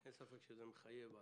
אין ספק שזה מחייב.